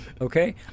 okay